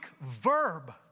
verb